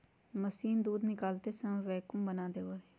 machine दूध निकालते समय वैक्यूम बना देवा हई